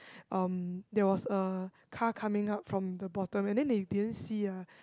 um there was a car coming up from the bottom and then they didn't see ah